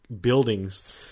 buildings